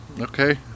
Okay